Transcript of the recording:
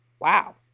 Wow